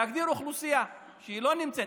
להגדיר אוכלוסייה, שהיא לא נמצאת.